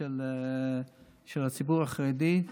של הציבור החרדי,